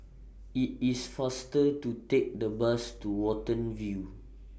IT IS faster to Take The Bus to Watten View